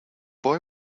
boy